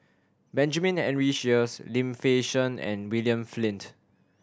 Benjamin Henry Sheares Lim Fei Shen and William Flint